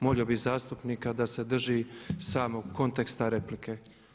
Molio bih zastupnika da se drži samog konteksta replike.